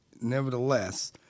nevertheless